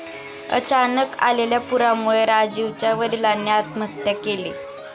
अचानक आलेल्या पुरामुळे राजीवच्या वडिलांनी आत्महत्या केली